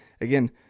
again